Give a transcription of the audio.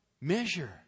measure